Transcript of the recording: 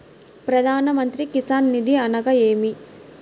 ప్రధాన మంత్రి కిసాన్ నిధి అనగా నేమి?